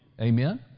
Amen